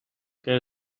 que